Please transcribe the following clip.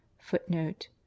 footnote